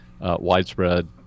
widespread